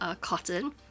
cotton